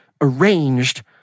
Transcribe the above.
arranged